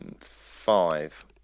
five